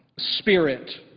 spirit,